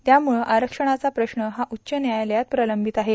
त्यामुळं आरक्षणाचा प्रश्न हा उच्च न्यायालयात प्रलंबित आहे